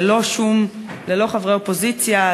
ללא חברי אופוזיציה,